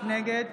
נגד